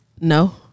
No